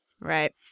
right